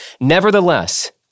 Nevertheless